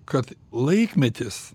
kad laikmetis